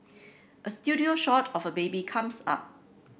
a studio shot of a baby comes up